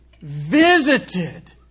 Visited